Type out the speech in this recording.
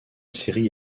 série